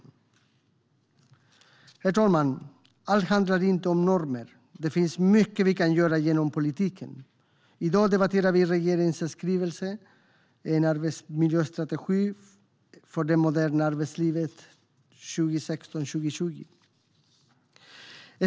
Herr talman! Allt handlar inte om normer. Det finns mycket vi kan göra genom politiken. I dag debatterar vi regeringens skrivelse En arbetsmiljöstrategi för det moderna arbetslivet 2016-2020 .